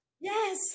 Yes